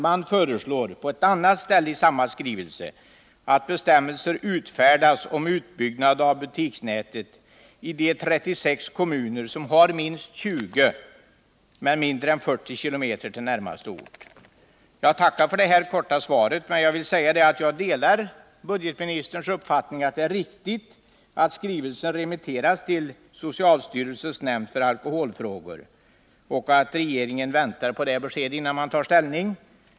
Men på ett annat ställe i samma skrivelse föreslås att bestämmelser skall utfärdas om utbyggnad av butiksnätet i de 36 kommuner som ligger minst 20 men mindre än 40 km från närmaste ort med systembolag. Jag tackar för det korta svaret. Jag tycker att det är riktigt att skrivelsen har remitterats till socialstyrelsens nämnd för alkoholfrågor och delar budgetministerns uppfattning att regeringen bör vänta på nämndens besked innan regeringen tar ställning.